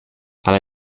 ale